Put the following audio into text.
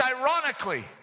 ironically